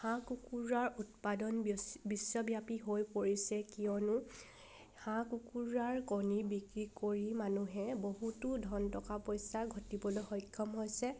হাঁহ কুকুৰাৰ উৎপাদন বিশ্বব্যাপী হৈ পৰিছে কিয়নো হাঁহ কুকুৰাৰ কণী বিক্ৰী কৰি মানুহে বহুতো ধন টকা পইচা ঘটিবলৈ সক্ষম হৈছে